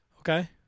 Okay